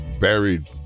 buried